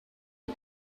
you